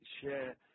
share